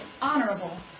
honorable